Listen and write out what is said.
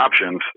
options